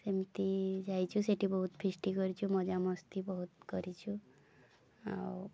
ସେମିତି ଯାଇଛୁ ସେଠି ବହୁତ ଫିଷ୍ଟ୍ କରିଛୁ ମଜାମସ୍ତି ବହୁତ କରିଛୁ ଆଉ